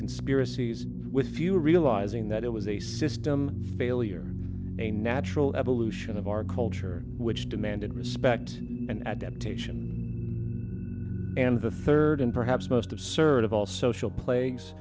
conspiracies with few realising that it was a system failure natural evolution of our culture which demanded respect and admiration and the third and perhaps most absurd of all social plagues